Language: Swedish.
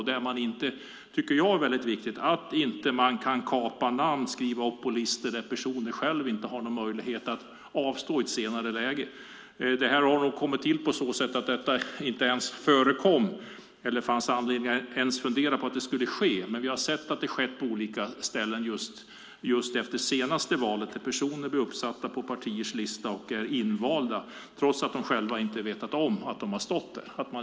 En person ska inte kunna få sitt namn kapat och uppsatt på en lista och sedan inte ha möjlighet att avstå i ett senare läge. Detta förekom inte tidigare, och det fanns inte ens anledning att fundera på att det skulle ske, men vi har sett att det har skett på olika ställen i det senaste valet. Personer har blivit uppsatta på partiers lista och invalda trots att de själva inte vetat om att de har stått på listan.